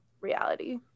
reality